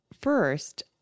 First